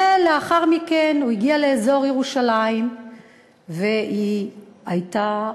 ולאחר מכן הוא הגיע לאזור ירושלים והיא הייתה,